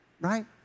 right